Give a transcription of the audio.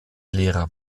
lehrer